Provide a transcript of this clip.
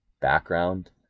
background